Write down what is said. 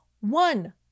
one